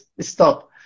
stop